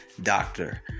doctor